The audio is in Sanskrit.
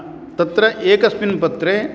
तत्र एकस्मिन् पत्रे